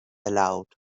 aloud